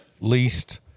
least